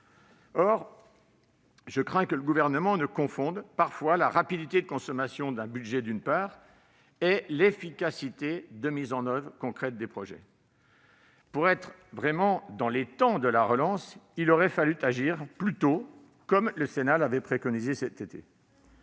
Or je crains que le Gouvernement ne confonde parfois la rapidité de consommation du budget, d'une part, et l'efficacité de mise en oeuvre concrète des projets, d'autre part. Pour que nous soyons vraiment dans les temps de la relance, il aurait fallu, comme le Sénat l'avait préconisé cet été,